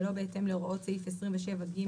שלא בהתאם להוראות סעיף 27(ג)(1)